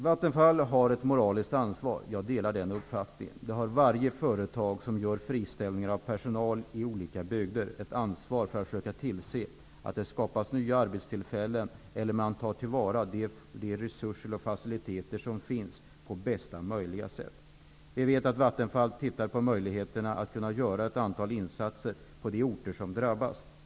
Herr talman! Jag delar uppfattningen att Vattenfall har ett moraliskt ansvar. Det har varje företag som friställer personal i olika bygder. Företagen har ansvar för att försöka tillse att det skapas nya arbetstillfällen och att på bästa möjliga sätt ta till vara de resurser och faciliteter som finns. Vi vet att Vattenfall ser på möjligheterna att göra ett antal insatser på de orter som drabbas.